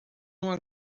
uma